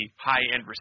high-end